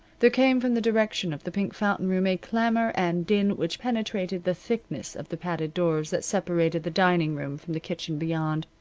there came from the direction of the pink fountain room a clamor and din which penetrated the thickness of the padded doors that separated the dining-room from the kitchen beyond.